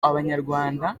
abanyarwanda